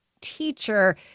teacher